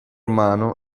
mano